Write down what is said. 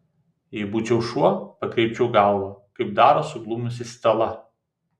jei būčiau šuo pakreipčiau galvą kaip daro suglumusi stela